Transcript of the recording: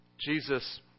Jesus